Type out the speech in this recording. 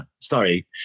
sorry